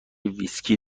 ویسکی